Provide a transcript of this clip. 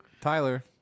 Tyler